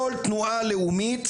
כל תנועה לאומית,